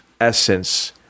essence